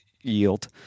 yield